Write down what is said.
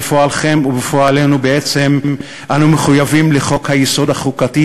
בפועלכם ובפועלנו בעצם אנו מחויבים לחוק-היסוד החוקתי,